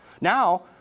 Now